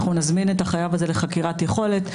אנחנו נזמין את החייב הזה לחקירת יכולת,